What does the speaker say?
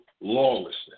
lawlessness